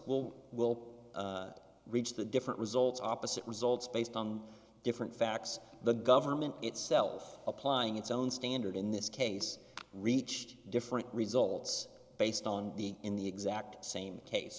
will will reach the different results opposite results based on different facts the government itself applying its own standard in this case reached different results based on the in the exact same case